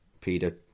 Peter